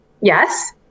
Yes